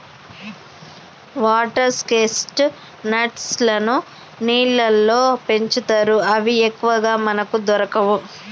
water chestnuts లను నీళ్లల్లో పెంచుతారు అవి ఎక్కువగా మనకు దొరకవు